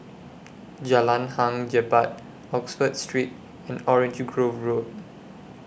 Jalan Hang Jebat Oxford Street and Orange Grove Road